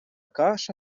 каша